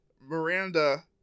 miranda